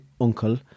uncle